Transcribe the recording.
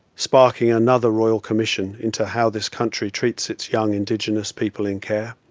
sparking another royal commission into how this country treats its young indigenous people in care.